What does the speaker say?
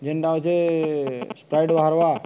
ଯେନ୍ଟା ହେଉଛେ ସ୍ପ୍ରାଇଟ୍ ବାହାରବା